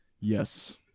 Yes